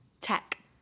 Tech